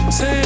Say